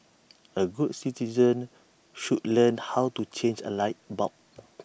A good citizens should learn how to change A light bulb